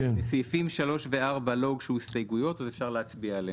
בסעיפים 3 ו- 4 לא הוגשו הסתייגויות ואפשר להצביע עליהם.